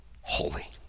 holy